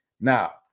Now